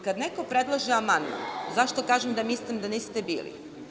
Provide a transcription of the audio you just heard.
Kada neko predlaže amandman, zašto kažem da mislim da niste bili?